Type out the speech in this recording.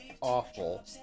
awful